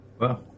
Wow